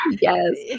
Yes